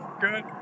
good